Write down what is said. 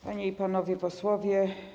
Panie i Panowie Posłowie!